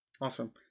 Awesome